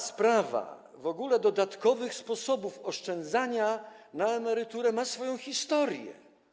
Sprawa dodatkowych sposobów oszczędzania na emeryturę ma swoją historię.